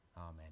amen